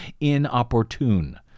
inopportune